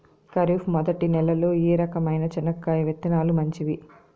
ఖరీఫ్ మొదటి నెల లో ఏ రకమైన చెనక్కాయ విత్తనాలు మంచివి